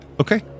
Okay